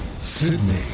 Sydney